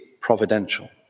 providential